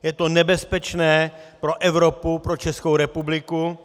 Je to nebezpečné pro Evropu, pro Českou republiku.